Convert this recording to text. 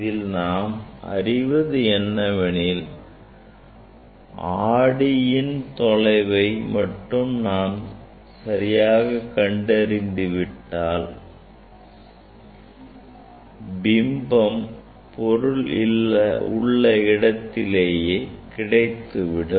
இதில் நாம் அறிவது என்னவெனில் ஆடியின் தொலைவை மட்டும் நாம் சரியாக கண்டறிந்துவிட்டால் பிம்பம் பொருள் உள்ள இடத்திலேயே கிடைத்துவிடும்